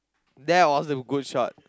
that was a good shot